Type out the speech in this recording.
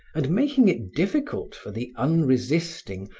and making it difficult for the unresisting,